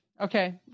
okay